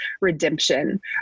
redemption